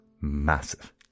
massive